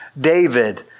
David